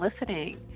listening